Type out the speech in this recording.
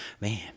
Man